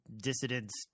dissidents